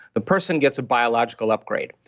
the person gets a biological upgrade.